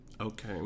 Okay